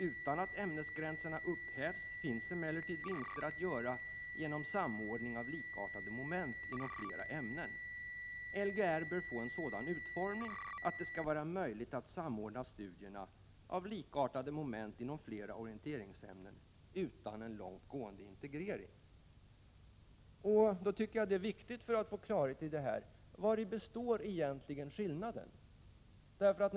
Utan att ämnesgränserna upphävs finns emellertid vinster att göra genom samordning av likartade moment inom flera ämnen. Lgr bör få en sådan utformning att det blir möjligt att samordna studierna av likartade moment inom flera orienteringsämnen utan en långt gående integrering. Det är viktigt, för att få klarhet i det hela, att få veta vari skillnaden egentligen ligger.